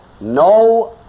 no